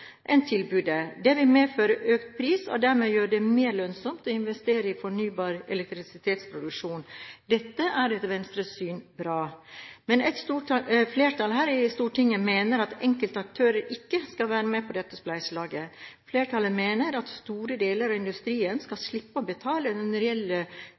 Det vil medføre økt pris og dermed gjøre det mer lønnsomt å investere i fornybar elektrisitetsproduksjon. Dette er etter Venstres syn bra. Men et stort flertall her i Stortinget mener at enkelte aktører ikke skal være med på dette spleiselaget. Flertallet mener at store deler av industrien skal slippe å betale den reelle